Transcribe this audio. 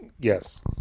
Yes